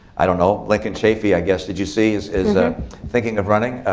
i don't know. lincoln chafee, i guess, did you see is is ah thinking of running?